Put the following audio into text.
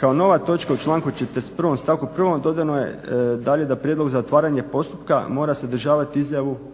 Kao nova točka u članku 41. stavku prvom dodano je dalje da prijedlog zatvaranja postupka mora sadržavati izjavu